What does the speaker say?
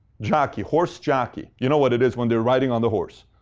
jockey. horse jockey. you know what it is, when they're riding on the horse.